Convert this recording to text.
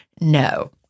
no